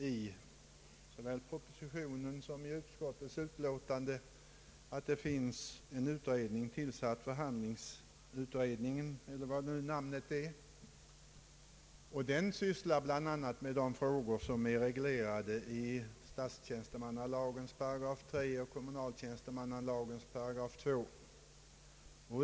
I såväl propositionen som i utskottets utlåtande anges att en utredning är tillsatt som bl.a. sysslar med dessa frågor, som regleras i statstjänstemannalagens 3 § och kommunaltjänstemannalagens 2 §.